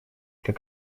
как